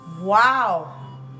Wow